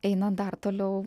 eina dar toliau